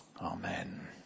Amen